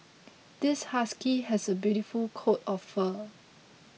this husky has a beautiful coat of fur